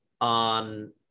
on